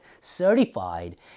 certified